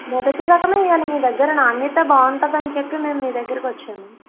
మొదటి రకమే వెయ్యాలి మీ దగ్గర నాణ్యత బాగుంటుందని చెప్పి మేము మీ దగ్గరికి వచ్చాము